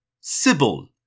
Sybil